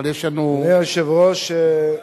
אדוני היושב-ראש,